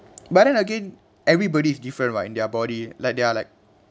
but then again everybody is different [what] in their body like they are like